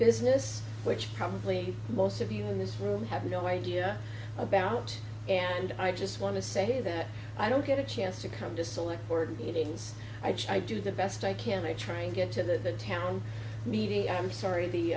business which probably most of you in this room have no idea about and i just want to say that i don't get a chance to come to select board meetings i do the best i can i train get to the town meeting i'm sorry the